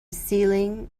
ceiling